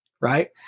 right